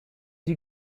you